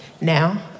now